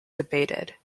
debated